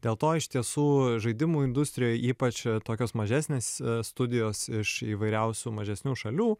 dėl to iš tiesų žaidimų industrijoj ypač tokios mažesnės studijos iš įvairiausių mažesnių šalių